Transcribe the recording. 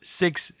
six